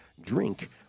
Drink